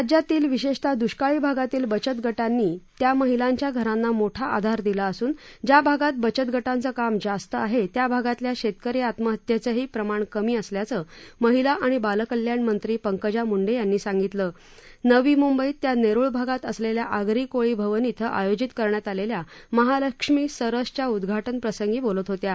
राज्यातील विशेषतः दृष्काळी भागातील बचत गटांनी त्या महिलांच्या घरांना मोठा आधार दिला असून ज्या भागात बचत गटांचे काम जास्त आहे त्या भागातील शेतकरी आत्महत्येचं प्रमाणही कमी असल्याचं महिला आणि बालकल्याण मंत्री पंकजा मुंडे यांनी सांगितलं नवी मुंबईतल्या नेरूळ भागात असलेल्या आगरी कोळी भवन इथं आयोजित करण्यात आलेल्या महालक्ष्मी सरसच्या उद्घाटनप्रसंगी त्या बोलत होत्या